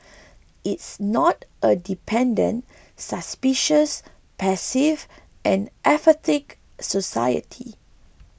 it's not a dependent suspicious passive and apathetic society